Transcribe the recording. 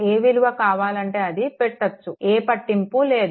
ఏ విలువ కావాలి అంటే అది పెట్టొచ్చు ఏ పట్టింపు లేదు